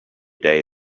day